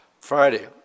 Friday